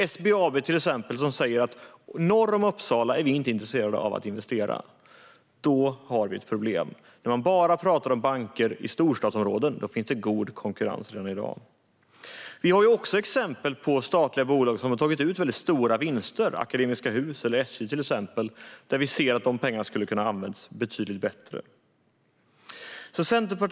Jag tänker till exempel på SBAB, som säger: Vi är inte intresserade av att investera norr om Uppsala. Vi har ett problem när man bara pratar om banker i storstadsområden. Där finns det god konkurrens redan i dag. Det finns också exempel på statliga bolag som har tagit ut väldigt stora vinster - Akademiska Hus och SJ. Vi ser att de pengarna skulle ha kunnat användas betydligt bättre.